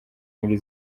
muri